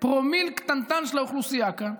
פרומיל קטנטן של האוכלוסייה כאן,